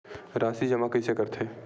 राशि जमा कइसे करथे?